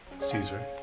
Caesar